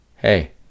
Hey